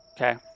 Okay